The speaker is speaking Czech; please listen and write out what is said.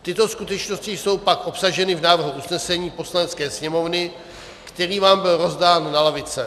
Tyto skutečnosti jsou pak obsaženy v návrhu usnesení Poslanecké sněmovny, který vám byl rozdán na lavice.